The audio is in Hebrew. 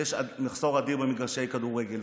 יש מחסור אדיר במגרשי כדורגל,